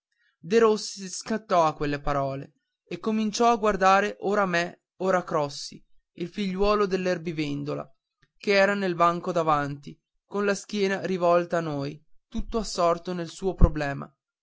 anni derossi scattò a quelle parole e cominciò a guardare ora me ora crossi il figliuolo dell'erbivendola che era nel banco davanti con la schiena rivolta a noi tutto assorto nel suo problema